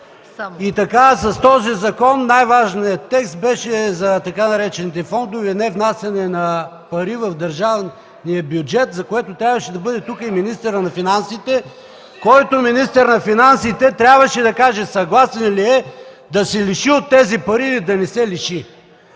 С този закон най-важният текст беше за така наречените „фондове” и невнасяне на пари в държавния бюджет, за което трябваше да бъде тук и министърът на финансите, който трябваше да каже съгласен ли е да се лиши от тези пари, или да не се лиши.